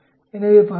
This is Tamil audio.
எனவே 16